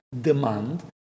demand